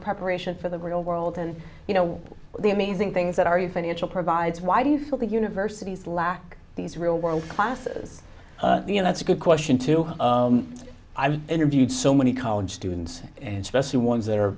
preparation for the real world and you know the amazing things that are you financial provides why do you feel the universities lack these real world classes and that's a good question too i've interviewed so many college students and specially ones that are